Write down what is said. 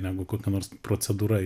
negu kokia nors procedūra